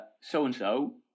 so-and-so